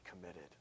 committed